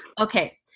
Okay